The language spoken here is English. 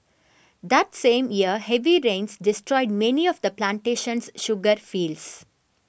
that same year heavy rains destroyed many of the plantation's sugar fields